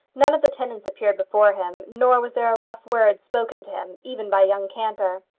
none of the tenants appeared before him, nor was there a rough word spoken to him, even by young cantor.